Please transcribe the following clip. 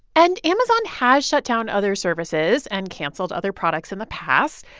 and amazon has shut down other services and canceled other products in the past.